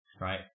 right